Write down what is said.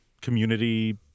community